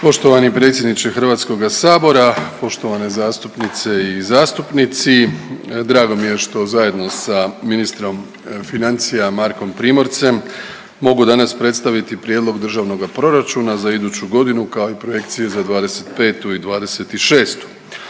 Poštovani predsjedniče Hrvatskoga sabora, poštovane zastupnice i zastupnici. Drago mi je što zajedno sa ministrom financija Markom Primorcem mogu danas predstaviti Prijedlog državnoga proračuna za iduću godinu kao i projekcije za 2025. i 2026.